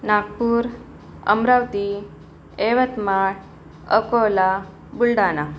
Nagpur Amravati Yavatmal Akola Buldhana